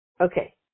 Okay